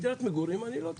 בדירת מגורים אני לא צריך.